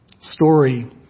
story